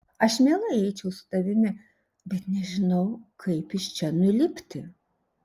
aš mielai eičiau su tavimi bet nežinau kaip iš čia nulipti